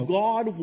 god